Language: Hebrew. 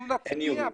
אנחנו נצביע.